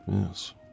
Yes